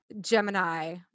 Gemini